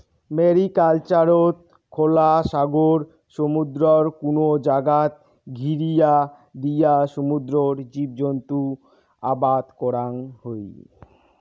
ম্যারিকালচারত খোলা সাগর, সমুদ্রর কুনো জাগাত ঘিরিয়া দিয়া সমুদ্রর জীবজন্তু আবাদ করাং হই